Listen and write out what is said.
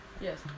Yes